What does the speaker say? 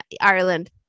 Ireland